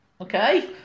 Okay